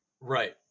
Right